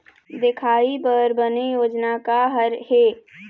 दिखाही बर बने योजना का हर हे?